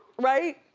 right?